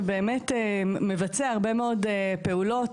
שבאמת מבצע הרבה מאוד פעולות,